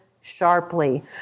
sharply